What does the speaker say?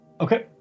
Okay